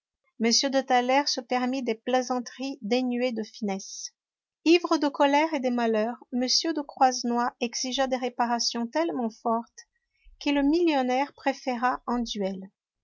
m de thaler se permit des plaisanteries dénuées de finesse ivre de colère et de malheur m de croisenois exigea des réparations tellement fortes que le millionnaire préféra un duel